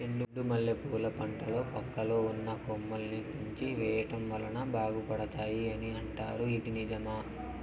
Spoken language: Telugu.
చెండు మల్లె పూల పంటలో పక్కలో ఉన్న కొమ్మలని తుంచి వేయటం వలన బాగా పెరుగుతాయి అని అంటారు ఇది నిజమా?